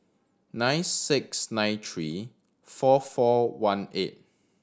nine six nine three four four one eight